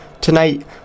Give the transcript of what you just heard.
Tonight